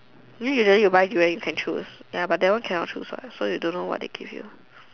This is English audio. you mean usually you buy durian you can choose ya but that one cannot choose what so you don't know what they give you